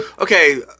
Okay